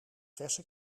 verse